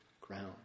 ground